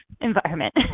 environment